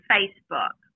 Facebook